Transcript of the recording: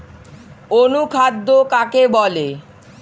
অনুখাদ্য কাকে বলে?